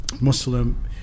Muslim